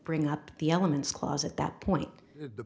bring up the elements clause at that point the